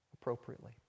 appropriately